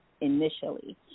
initially